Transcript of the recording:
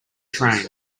train